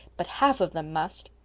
but half of them must.